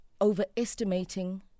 Overestimating